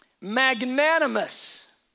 Magnanimous